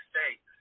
States